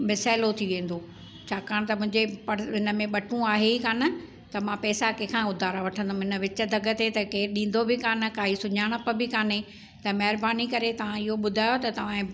मसाइलो थी वेंदो छाकणि त मुंहिंजे हिन में बटूं आहे ई कोन्ह त मां पैसा कंहिंखां उधार वठंदमि हिन विच जॻह ते केरु ॾींदो बि कोन्ह काई सुञाणप बि कोन्हे त महिरबानी करे तव्हां इहो ॿुधायो त तव्हां